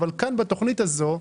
התוכנית הזאת,